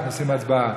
אנחנו עושים הצבעה.